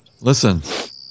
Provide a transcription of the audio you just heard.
Listen